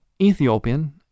Ethiopian